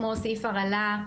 כמו סעיף הרעלה,